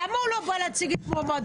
למה הוא לא בא להציג את מועמדותו?